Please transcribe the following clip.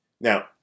Now